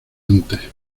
antes